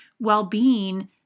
well-being